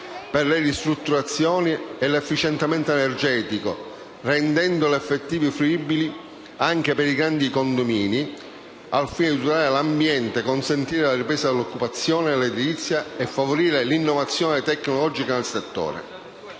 per le ristrutturazioni e l'efficientamento energetico, rendendole effettivamente fruibili anche per i grandi condomini, al fine di tutelare l'ambiente, consentire la ripresa dell'occupazione nell'edilizia e favorire l'innovazione tecnologica nel settore.